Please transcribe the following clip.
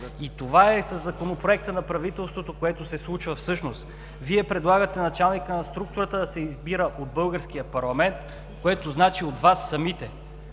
и това е със Законопроекта на правителството, което се случва всъщност. Вие предлагате началникът на структурата да се избира от българския парламент, което значи от Вас самите.